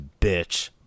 bitch